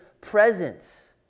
presence